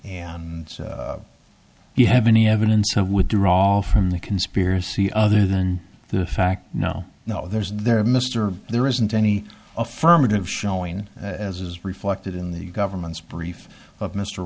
d you have any evidence that would do all from the conspiracy other than the fact no no there's there mr there isn't any affirmative showing as is reflected in the government's brief of mr